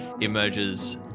Emerges